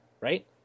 right